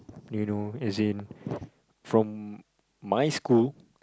you know as in from my school